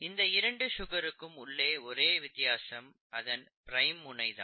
இந்த இரண்டு சுகருக்கும் உள்ள ஒரே வித்தியாசம் அதன் பிரைம் முனை தான்